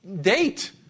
date